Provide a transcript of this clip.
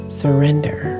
surrender